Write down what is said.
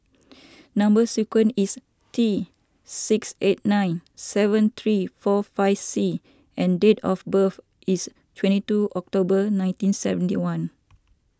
Number Sequence is T six eight nine seven three four five C and date of birth is twenty two October nineteen seventy one